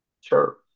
Sure